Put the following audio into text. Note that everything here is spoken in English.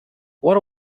what